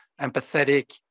empathetic